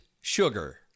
sugar